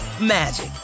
magic